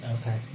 Okay